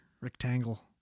Rectangle